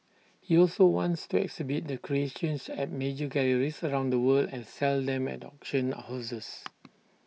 he also wants to exhibit the creations at major galleries around the world and sell them at auction houses